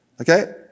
Okay